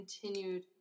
continued